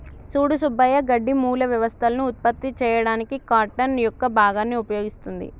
సూడు సుబ్బయ్య గడ్డి మూల వ్యవస్థలను ఉత్పత్తి చేయడానికి కార్టన్ యొక్క భాగాన్ని ఉపయోగిస్తుంది